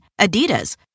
Adidas